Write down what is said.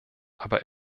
aber